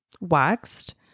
waxed